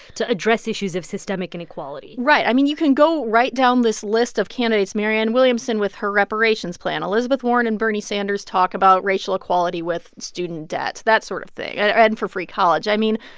to address issues of systemic inequality right. i mean, you can go right down this list of candidates marianne williamson with her reparations plan, elizabeth warren and bernie sanders talk about racial equality with student debt, that sort of thing and for free college. i mean,